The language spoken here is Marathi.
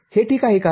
हे ठीक आहे का